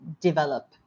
develop